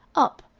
up,